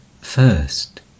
First